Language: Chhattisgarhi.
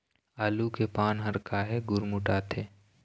आलू के पान हर काहे गुरमुटाथे?